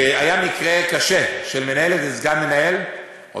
היה מקרה קשה של מנהלת וסגן מנהלת,